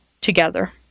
together